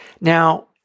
Now